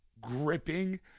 gripping